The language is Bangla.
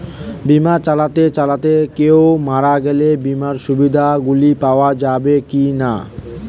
বিমা চালাতে চালাতে কেও মারা গেলে বিমার সুবিধা গুলি পাওয়া যাবে কি না?